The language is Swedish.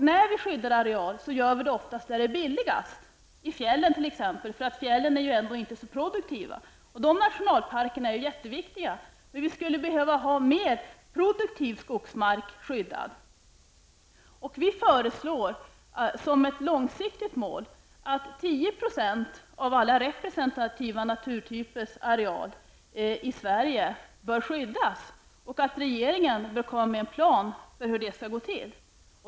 När vi skyddar areal gör vi det oftast där det är billigast, t.ex. i fjällen, som ju ändå inte är så produktiva. De nationalparkerna är mycket viktiga, men mer produktiv skogsmark skulle behöva skyddas. Miljöpartiet de gröna föreslår som ett långsiktigt mål att 10 % av alla representativa naturtypers areal i Sverige bör skyddas och att regeringen bör komma med en plan för hur detta skall gå till.